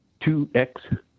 2x